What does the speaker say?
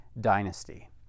dynasty